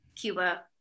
Cuba